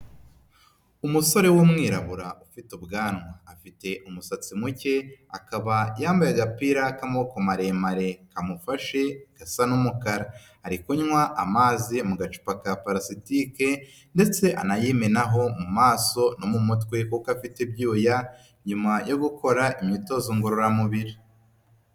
Umusore w'umwirabura ufite ubwanwa, afite umusatsi muke, akaba yambaye agapira k'amaboko maremare kamufashe gasa n'umukara. Ari kunywa amazi mu gacupa ka paasitike ndetse anayimenaho mu maso no mu mutwe kuko afite ibyuya nyuma yo gukora imyitozo ngororamubiri.